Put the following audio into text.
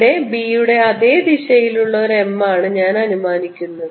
ഇവിടെ b യുടെ അതേ ദിശയിലുള്ള ഒരു m ആണ് ഞാൻ അനുമാനിക്കുന്നത്